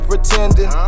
Pretending